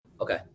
Okay